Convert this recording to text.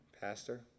Pastor